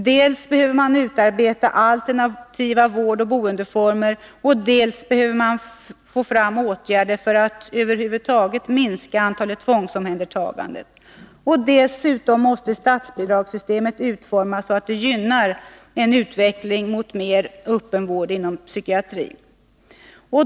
Dels behöver man utarbeta alternativa vårdoch boendeformer, dels behöver man få fram åtgärder för att över huvud taget minska antalet tvångsomhändertaganden. Dessutom måste statsbidragssystemet utformas så att det gynnar en utveckling mot mer öppenvård inom psykiatrin.